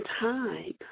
time